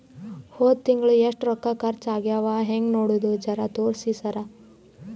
ಹೊದ ತಿಂಗಳ ಎಷ್ಟ ರೊಕ್ಕ ಖರ್ಚಾ ಆಗ್ಯಾವ ಹೆಂಗ ನೋಡದು ಜರಾ ತೋರ್ಸಿ ಸರಾ?